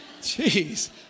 Jeez